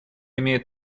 имеет